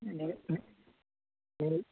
இல்லை ஒரு